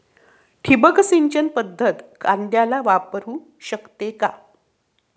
ठिबक सिंचन पद्धत कांद्याला वापरू शकते का?